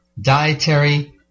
dietary